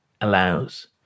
allows